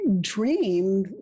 dream